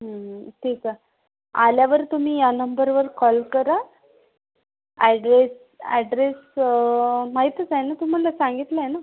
ठिक आहे आल्यावर तुम्ही या नंबरवर कॉल करा ॲड्रेस ॲड्रेस माहीतच आहे ना तुम्हाला सांगितला आहे ना